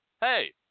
Hey